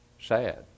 Sad